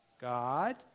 God